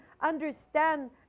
understand